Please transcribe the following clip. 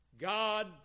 God